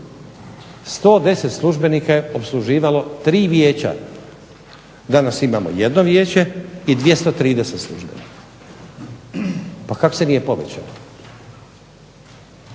110 službenika je opsluživalo 3 vijeća. Danas imamo jedno vijeće i 230 službenika, pa kako se nije povećalo.